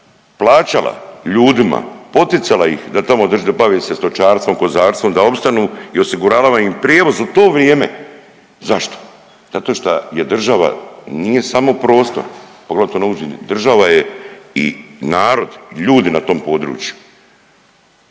plaćala ljudima, poticala ih da tamo .../nerazumljivo/... da bave se stočarstvom, kozarstvom, da opstanu i osiguravala im prijevoz u to vrijeme. Zašto? Zato šta je država, nije samo prostor, poglavito .../nerazumljivo/... država je i narod, ljudi na tom području.